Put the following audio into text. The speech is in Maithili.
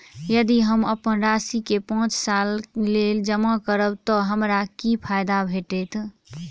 यदि हम अप्पन राशि केँ पांच सालक लेल जमा करब तऽ हमरा की फायदा भेटत?